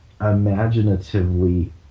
imaginatively